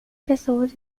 pessoas